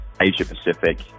Asia-Pacific